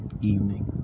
evening